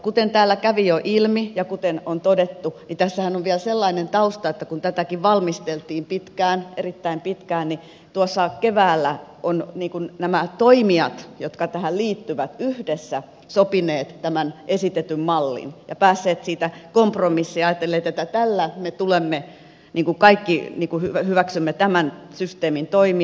kuten täällä kävi jo ilmi ja kuten on todettu tässähän on vielä sellainen tausta että kun tätäkin valmisteltiin erittäin pitkään niin tuossa keväällä ovat nämä toimijat jotka tähän liittyvät yhdessä sopineet tämän esitetyn mallin ja päässeet siitä kompromissiin ajatelleet että tällä me kaikki hyväksymme tämän systeemin toimia